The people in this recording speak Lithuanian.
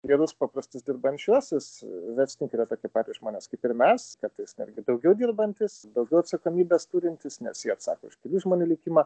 gerus paprastus dirbančiuosius verslininkai yra tokie patys žmonės kaip ir mes kartais netgi daugiau dirbantys daugiau atsakomybės turintys nes jie atsako už kitų žmonių likimą